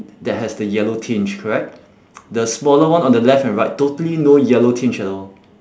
that has the yellow tinge correct the smaller one on the left and right totally no yellow tinge at all